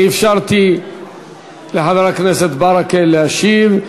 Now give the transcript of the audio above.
אני אפשרתי לחבר הכנסת להשיב.